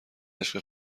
عشق